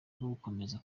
gukomeza